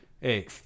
Hey